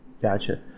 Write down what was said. Gotcha